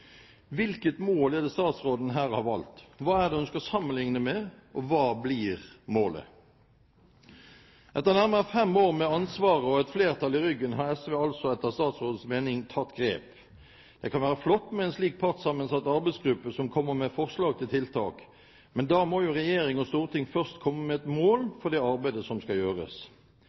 Hvilket mål er det statsråden her har valgt? Hva er det hun skal sammenligne med, og hva blir målet? Etter nærmere fem år med ansvaret og et flertall i ryggen har SV altså etter statsrådens mening tatt grep. Det kan være flott med en slik partssammensatt arbeidsgruppe som kommer med forslag til tiltak, men da må jo regjering og storting først komme med et mål for det arbeidet som skal gjøres.